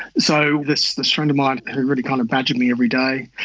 so this this friend of mine who really kind of badgered me every day,